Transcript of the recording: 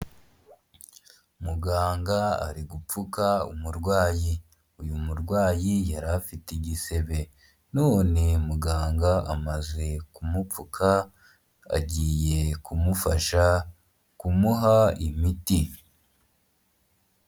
Muganga ari gupfuka umurwayi, uyu murwayi yari afite igisebe none muganga amaze kumupfuka agiye kumufasha kumuha imiti.